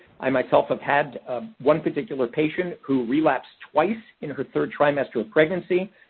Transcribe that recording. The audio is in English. i, myself, have had ah one particular patient who relapsed twice in her third trimester of pregnancy,